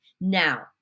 now